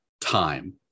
time